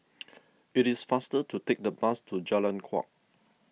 it is faster to take the bus to Jalan Kuak